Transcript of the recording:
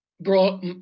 brought